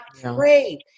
pray